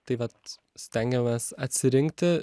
taip vat stengiamės atsirinkti